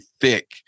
thick